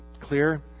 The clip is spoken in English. clear